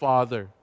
Father